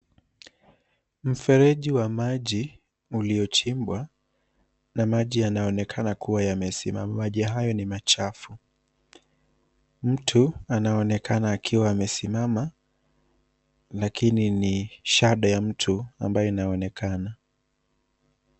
Mfereji wa maji uliochimbwa na maji yanaonekana kuwa yamesimama. Maji hayo ni machafu. Mtu anaonekana kuwa amesimama lakini ni shadow ya mtu ambayo inaonekana.